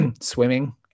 swimming